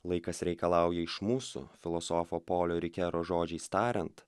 laikas reikalauja iš mūsų filosofo polio rikero žodžiais tariant